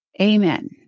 Amen